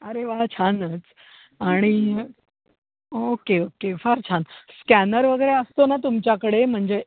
अरे वा छानच आणि ओक्के ओक्के फार छान स्कॅनर वगैरे असतो नं तुमच्याकडे म्हणजे